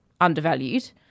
undervalued